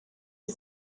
die